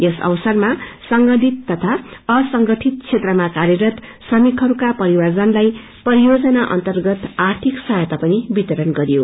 यस अवसरमा संगठित तथा असंगठित क्षेत्रमा काप्ररत श्रमिकहरूका परिवारज परियोजना अर्न्तगत आध्रिक सहायता पनि वितरण गरियो